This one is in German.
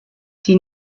die